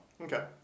Okay